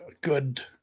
good